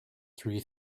three